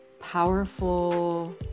powerful